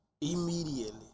immediately